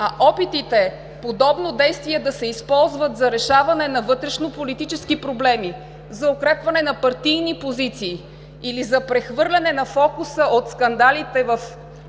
А опитите подобно действие да се използват за решаване на вътрешнополитически проблеми, за укрепване на партийни позиции или за прехвърляне на фокуса от скандалите в ежедневието